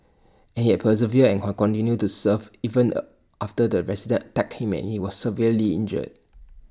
and he has persevered and her continued to serve even A after the resident attacked him and he was severely injured